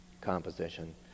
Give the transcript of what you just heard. composition